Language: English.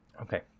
Okay